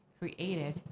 created